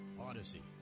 Odyssey